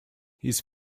his